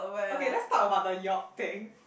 okay let's talk about the York thing